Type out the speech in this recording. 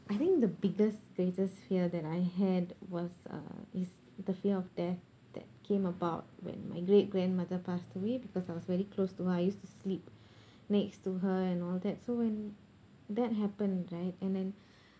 I think the biggest greatest fear that I had was uh is the fear of death that came about when my great grandmother passed away because I was very close to her I used to sleep next to her and all that so when that happen right and then